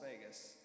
Vegas